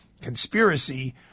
conspiracy